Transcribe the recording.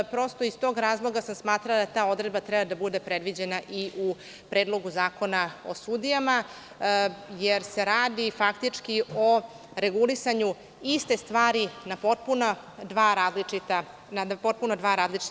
Prosto iz tog razloga sam smatrala da ta odredba treba da bude predviđena i u Predlogu zakona o sudijama, jer se faktički radi o regulisanju iste stvari na potpuna dva različita načina.